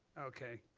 okay,